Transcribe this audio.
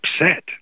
upset